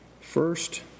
First